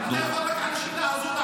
אתה יכול רק על השאלה הזו לענות?